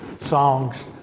songs